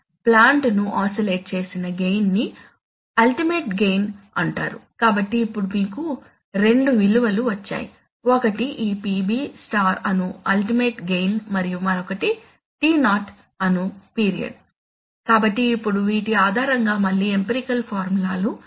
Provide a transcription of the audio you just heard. plant ను oscillate చేసిన gain ని అల్టిమేట్ గెయిన్ అంటారు కాబట్టి ఇప్పుడు మీకు రెండు విలువలు వచ్చాయి ఒకటి ఈ PB స్టార్ అను అల్టిమేట్ గెయిన్ మరియు మరొకటి T0 అను పీరియడ్ కాబట్టి ఇప్పుడు వీటి ఆధారంగా మళ్ళీ ఎంపెరికల్ ఫార్ములా లు ఉన్నాయి